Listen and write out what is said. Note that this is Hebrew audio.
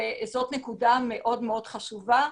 וזאת נקודה מאוד חשובה.